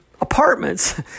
apartments